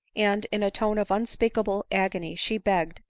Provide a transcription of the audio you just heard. and in a tone of unspeakable agony she begged,